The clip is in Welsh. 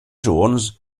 jones